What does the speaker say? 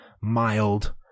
mild